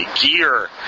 gear